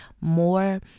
more